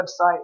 website